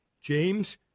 James